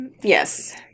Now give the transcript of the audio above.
yes